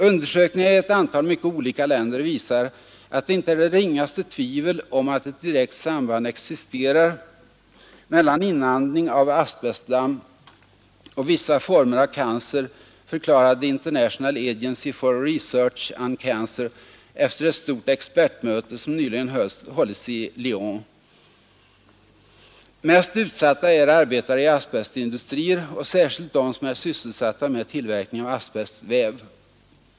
Undersökningar i ett antal mycket der visar att det inte är det ringaste tvivel om att ett direkt samband existerar mellan inandning av asbestdamm och vissa former av cancer, förklarade International Agency for Research on Cancer efter ett stort expertmöte som nyligen hållits i Lyon. Mest utsatta är arbetare i asbestindustrier och särskilt de som är sysselsatta med tillverkning av asbestväv.